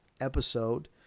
episode